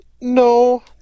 no